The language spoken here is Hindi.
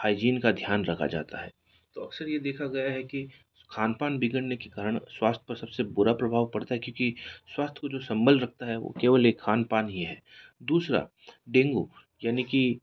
हाइजीन का ध्यान रखा जाता है तो अक्सर ये देखा गया है कि खान पान बिगड़ने के कारण स्वास्थ्य पर सब से बुरा प्रभाव पड़ता है क्योंकि स्वास्थ्य को जो सम्बन्ध रखता है वो केवल एक खान पान ही है दूसरा डेंगू यानी कि